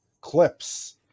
clips